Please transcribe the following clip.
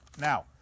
Now